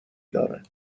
دارد